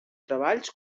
treballs